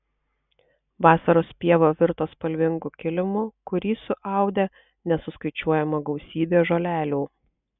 vasaros pieva virto spalvingu kilimu kurį suaudė nesuskaičiuojama gausybė žolelių